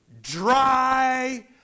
dry